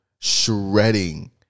Shredding